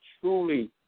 truly